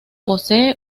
posee